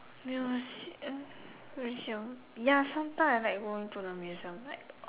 ya s~ uh ya ya sometime I like go to the museum like